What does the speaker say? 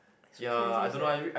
so expensive sia